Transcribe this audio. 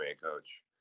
coach